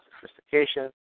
sophistication